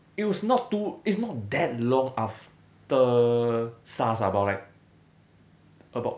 it's was not too it's not that long after SARS ah about like about